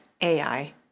AI